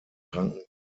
tranken